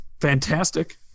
Fantastic